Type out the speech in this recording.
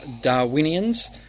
Darwinians